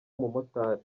umumotari